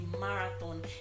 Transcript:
marathon